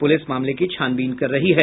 police मामले की छानबीन कर रही है